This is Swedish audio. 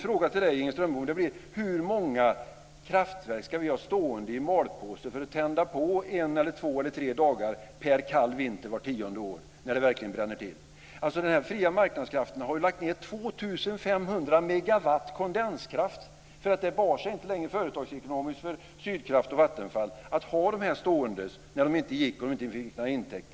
Min fråga till Inger Strömbom blir: Hur många kraftverk ska vi ha stående i malpåse för att tända på en eller två eller tre dagar per kall vinter vart tionde år när det verkligen bränner till? Dessa fria marknadskrafter har lagt ned 2 500 megawatt kondenskraft för att det inte längre bar sig företagsekonomiskt för Sydkraft och Vattenfall att ha verken ståendes när de inte gick och när det inte blev några intäkter.